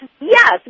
Yes